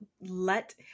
let